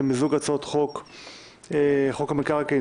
למיזוג הצעות החוק הבאות: הצעת חוק המקרקעין